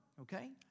okay